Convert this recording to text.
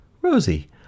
Rosie